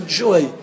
joy